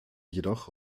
jedoch